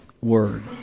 word